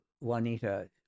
Juanita